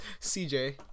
CJ